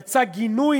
יצא גינוי